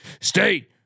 state